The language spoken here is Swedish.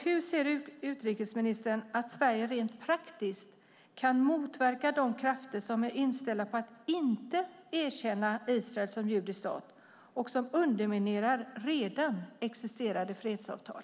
Hur ser utrikeministern att Sverige rent praktiskt kan motverka de krafter som är inställda på att inte erkänna Israel som judisk stat och som underminerar redan existerande fredsavtal?